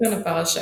תוכן הפרשה